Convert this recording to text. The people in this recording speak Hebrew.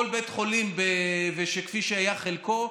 כל בית חולים כפי שהיה חלקו.